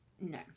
No